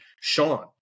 Sean